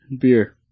Beer